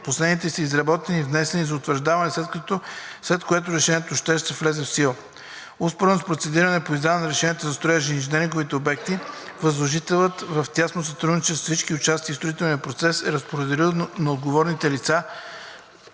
Последните са изработени и внесени за утвърждаване, след което разрешението за строеж ще влезе в сила. Успоредно с процедурите по издаване на разрешения за строеж за инженеринговите обекти, възложителят в тясно сътрудничество с всички участници в строителния процес е разпоредил на отговорните лица